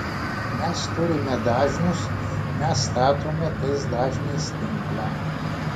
mes turime dažnius mes statome tais dažniais tinklą